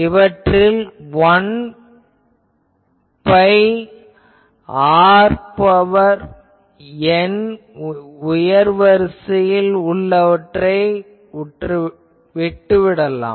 இவற்றில் 1 வகுத்தல் rn உயர்வரிசையில் உள்ளவற்றை விட்டுவிடலாம்